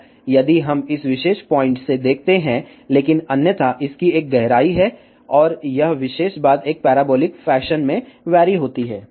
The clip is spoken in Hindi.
यदि हम इस विशेष पॉइंट से देखते हैं लेकिन अन्यथा इसकी एक गहराई है और यह विशेष बात एक पैराबोलिक फैशन में वैरी होती है